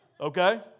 Okay